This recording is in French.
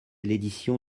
l’édition